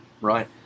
right